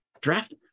draft